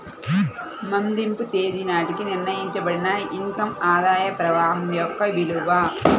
మదింపు తేదీ నాటికి నిర్ణయించబడిన ఇన్ కమ్ ఆదాయ ప్రవాహం యొక్క విలువ